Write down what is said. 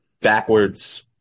backwards